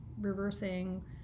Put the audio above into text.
reversing